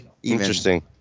Interesting